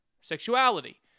sexuality